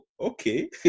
okay